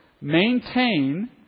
maintain